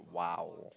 !wow!